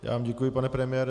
Já vám děkuji, pane premiére.